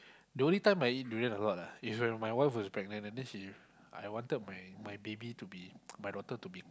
the only time I eat durian a lot ah is when my wife was pregnant and then she I wanted my my baby to be my daughter to be